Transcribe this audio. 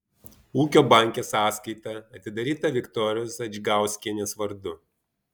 ūkio banke sąskaita atidaryta viktorijos adžgauskienės vardu